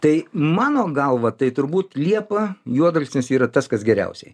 tai mano galva tai turbūt liepa juodalksnis yra tas kas geriausiai